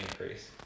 increase